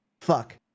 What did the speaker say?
fuck